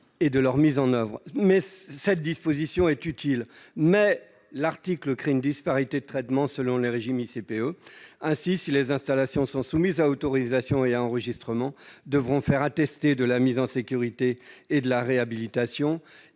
et de leur application. Cette disposition est utile, mais l'article crée une disparité de traitement selon le régime ICPE. Ainsi, si les installations soumises à autorisation et à enregistrement doivent faire attester de la mise en sécurité et de la réhabilitation,